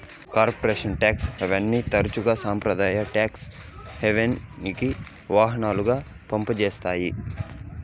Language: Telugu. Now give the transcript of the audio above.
కార్పొరేట్ టాక్స్ హావెన్ని తరచుగా సంప్రదాయ టాక్స్ హావెన్కి వాహనాలుగా పంజేత్తాయి